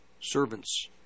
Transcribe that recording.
servants